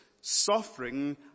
Suffering